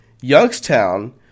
Youngstown